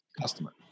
customer